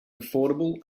affordable